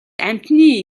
амьтны